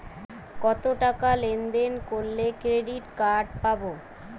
কতটাকা লেনদেন করলে ক্রেডিট কার্ড পাব?